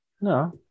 No